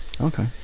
okay